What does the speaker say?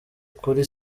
kuri